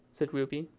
said ruby.